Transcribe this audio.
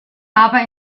aber